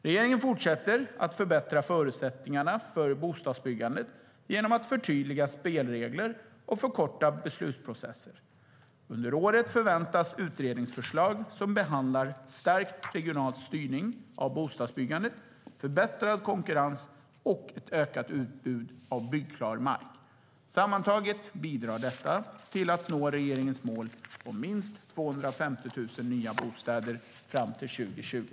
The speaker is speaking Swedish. Regeringen fortsätter att förbättra förutsättningarna för bostadsbyggandet genom att förtydliga spelregler och förkorta beslutsprocesser. Under året förväntas utredningsförslag som behandlar stärkt regional styrning av bostadsbyggandet, förbättrad konkurrens och ett ökat utbud av byggklar mark. Sammantaget bidrar detta till att nå regeringens mål om minst 250 000 nya bostäder fram till 2020.